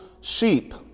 sheep